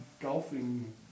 golfing